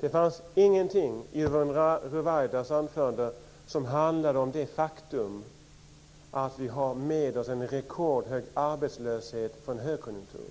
Det fanns ingenting i Yvonne Ruwaidas anförande som handlade om det faktum att vi har med oss en rekordhög arbetslöshet från en högkonjunktur.